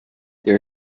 there